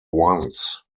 once